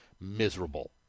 miserable